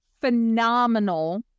phenomenal